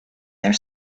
their